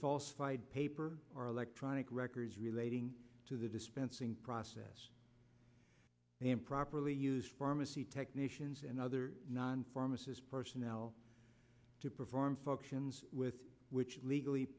falsified paper or electronic records relating to the dispensing process the improperly used pharmacy technicians and other non pharmacists personnel to perform functions with which legally